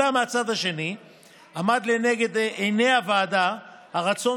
אולם מהצד השני עמד לנגד עיני הוועדה הרצון